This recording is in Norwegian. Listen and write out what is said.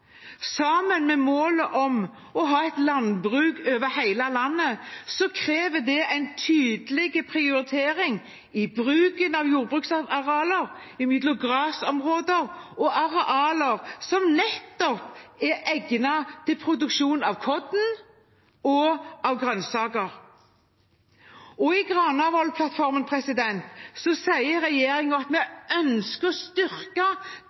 Sammen med målet om å ha et landbruk over hele landet krever det en tydelig prioritering i bruken av jordbruksarealer mellom gressområder og arealer som er egnet til produksjon av korn og grønnsaker. I Granavolden-plattformen sier regjeringen at vi ønsker å styrke